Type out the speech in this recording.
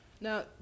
Now